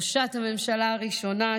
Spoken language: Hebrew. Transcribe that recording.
ראשת הממשלה הראשונה,